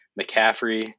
McCaffrey